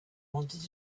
wanted